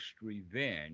revenge